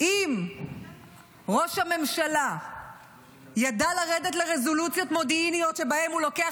אם ראש הממשלה ידע לרדת לרזולוציות מודיעיניות שבהן הוא לוקח